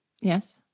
Yes